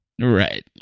Right